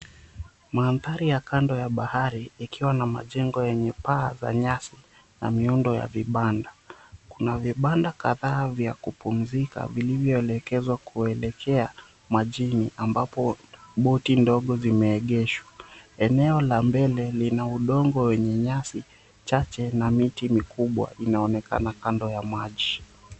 Mandhari ya kando ya bahari ikiwa na majengo yenye paa za nyasi na miundo ya vibanda. Kuna vibanda kadhaa vya kupumzika vilivyoelekezwa kuelekea majini ambapo boti ndogo limeegeshwa. Eneo la mbele lina udongo wenye nyasi chache na miti mikubwa inaonekana kando ya nyasi.